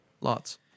Lots